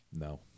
No